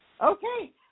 Okay